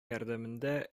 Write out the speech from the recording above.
ярдәмендә